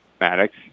Maddox